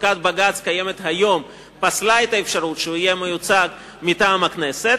פסיקת בג"ץ הקיימת כיום פסלה את האפשרות שהוא יהיה מיוצג מטעם הכנסת,